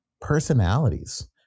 personalities